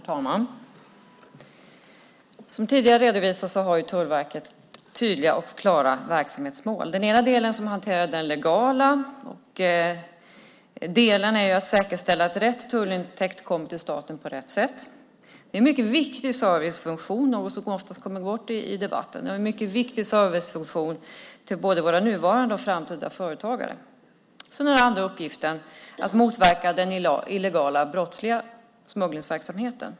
Herr talman! Som tidigare har redovisats har Tullverket tydliga och klara verksamhetsmål. Den ena delen, som hanterar den legala delen, är att säkerställa att rätt tullintäkt kommer till staten på rätt sätt. Det är en mycket viktig servicefunktion, som ofta kommer bort i debatten, till både våra nuvarande och framtida företagare. Den andra uppgiften är att motverka den illegala och brottsliga smugglingsverksamheten.